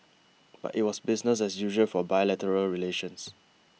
but it was business as usual for bilateral relations